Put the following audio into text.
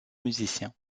musiciens